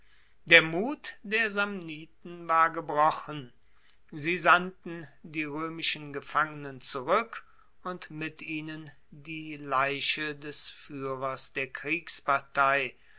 der mut der samniten war gebrochen sie sandten die roemischen gefangenen zurueck und mit ihnen die leiche des fuehrers der kriegspartei